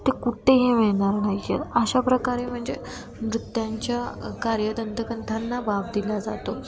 ते कुठेही मिळणार नाही आहे अशा प्रकारे म्हणजे नृत्यांच्या अ कार्य दंतकथांना वाव दिला जातो